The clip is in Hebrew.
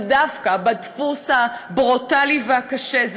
דווקא בדפוס הברוטלי והקשה,